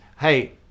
hey